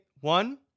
one